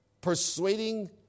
Persuading